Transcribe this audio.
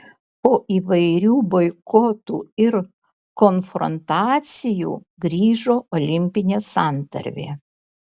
po įvairių boikotų ir konfrontacijų grįžo olimpinė santarvė